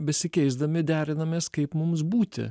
besikeisdami derinamės kaip mums būti